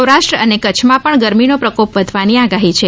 સૌરાષ્ટ્ર અને કચ્છ માં પણ ગરમી નો પ્રકોપ વધવાની આગાહી છે